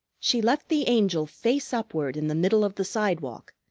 she left the angel face upward in the middle of the sidewalk,